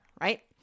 right